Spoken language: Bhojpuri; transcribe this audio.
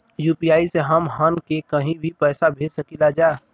यू.पी.आई से हमहन के कहीं भी पैसा भेज सकीला जा?